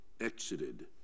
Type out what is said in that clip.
exited